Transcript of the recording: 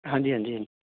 ਹਾਂਜੀ ਹਾਂਜੀ ਹਾਂਜੀ